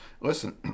listen